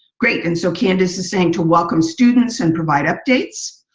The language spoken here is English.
great. and so, candice is saying to welcome students and provide updates.